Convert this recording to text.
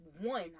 One